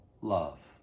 love